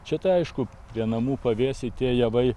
čia tai aišku prie namų pavėsy tie javai